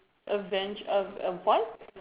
avenge a a what